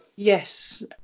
Yes